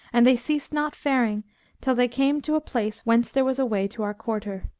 and they ceased not faring till they came to a place whence there was a way to our quarter.